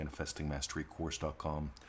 manifestingmasterycourse.com